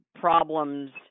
problems